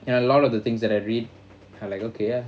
and a lot of the things that I read are like okay ah